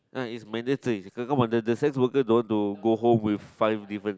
uh is mandatory the sex worker don't want to go home with five different